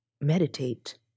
meditate